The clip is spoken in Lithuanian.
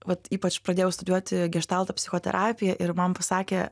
vat ypač pradėjau studijuoti geštalto psichoterapiją ir man pasakė